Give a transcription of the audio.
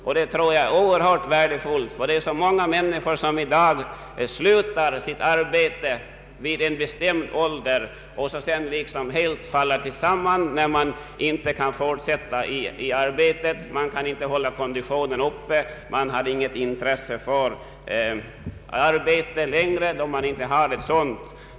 En sådan anser vi vara synnerligen värdefull. Många människor slutar i dag sitt arbete vid en bestämd ålder och faller kanske helt samman när de inte kan få fortsätta med sitt arbete; man kan inte hålla konditionen uppe, man har inget intresse längre för sitt tidigare arbete.